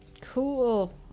Cool